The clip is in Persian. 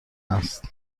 است